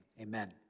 amen